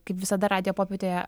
kaip visada radijo popietėje